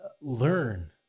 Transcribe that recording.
learn